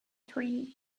train